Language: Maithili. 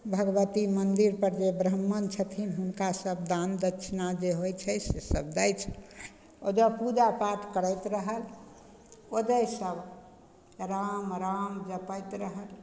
भगवती मन्दिरपर जे ब्राह्मण छथिन हुनका सब दान दक्षिणा जे होइ छै से सब दै छथिन ओतऽ पूजापाठ करैत रहल ओतय सब राम राम जपैत रहल